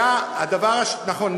נכון,